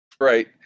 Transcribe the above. Right